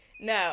no